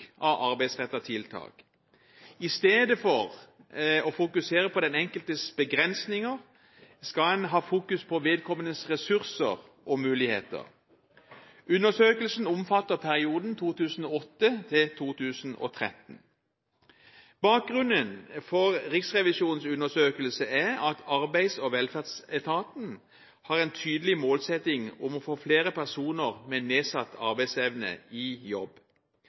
av arbeidsrettede tiltak. I stedet for å fokusere på den enkeltes begrensninger, skal en fokusere på vedkommendes ressurser og muligheter. Undersøkelsen omfatter perioden 2008–2013. Bakgrunnen for Riksrevisjonens undersøkelse er at Arbeids- og velferdsetaten har en tydelig målsetting om å få flere personer med nedsatt arbeidsevne i jobb.